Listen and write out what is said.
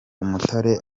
umutare